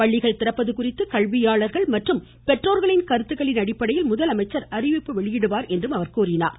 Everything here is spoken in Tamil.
பள்ளிகள் திறப்பது குறித்து கல்வியாளர்கள் மற்றும் பெற்றோர்களின் கருத்துக்களின் அடிப்படையில் முதலமைச்சர் அறிவிப்பு வெளியிடுவார் என்றார்